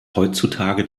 heutzutage